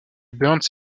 burns